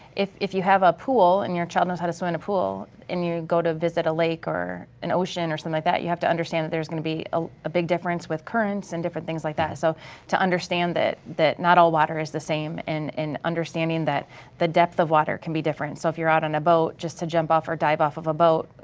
if if you have a pool and your child knows how to swim in a pool and you go to visit a lake or an ocean or so something like that, you have to understand that there's gonna be a a big difference with currents and different things like that. so to understand that that not all water is the same and understanding that the depth of water can be different so if you're out on a boat, just to jump off or dive off a boat,